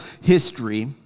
history